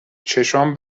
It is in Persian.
چشام